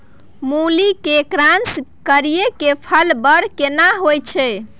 मूली के क्रॉस करिये के फल बर केना होय छै?